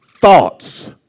thoughts